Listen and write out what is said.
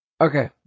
Okay